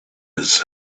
his